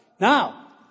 Now